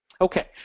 okay